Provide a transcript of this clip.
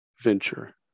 venture